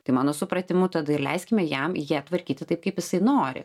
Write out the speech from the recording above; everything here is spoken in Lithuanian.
tai mano supratimu tada ir leiskime jam ją tvarkyti taip kaip jisai nori